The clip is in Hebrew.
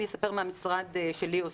אני אספר מה עושה המשרד שלי.